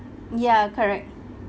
ya correct